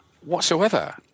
whatsoever